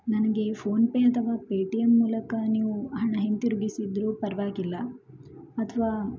ನನಗೆ ಫೋನ್ಪೇ ಅಥವಾ ಪೇಟಿಎಂ ಮೂಲಕ ನೀವು ಹಣ ಹಿಂತಿರುಗಿಸಿದರೂ ಪರವಾಗಿಲ್ಲ ಅಥವಾ